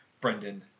brendan